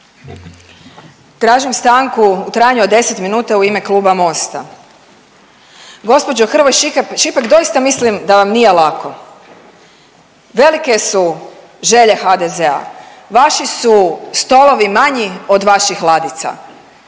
Tražim stanku u trajanju od 10 minuta u ime Kluba Mosta. Gospođo Hrvoj Šipek doista mislim da vam nije lako. Velike su želje HDZ-a. Vaši su stolovi manji od vaših ladica.